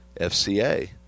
FCA